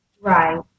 right